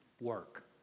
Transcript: work